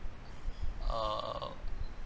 err